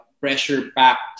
pressure-packed